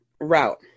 route